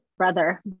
Brother